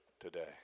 today